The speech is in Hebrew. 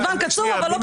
זמן קצוב אבל לא קצוב כמה.